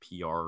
PR